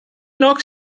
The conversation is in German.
noch